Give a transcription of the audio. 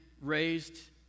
raised